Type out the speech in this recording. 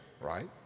right